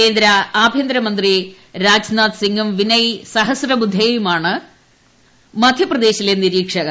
കേന്ദ്ര ആഭ്യന്തരമന്ത്രി രാജ്നാഥ് സിംഗും വിനയ് സഹസ്രാബുദ്ദെയുമാണ് മധ്യപ്രദേശിലെ നിരീക്ഷകർ